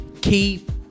keep